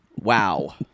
Wow